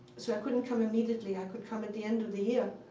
so i couldn't come immediately. i could come at the end of the year.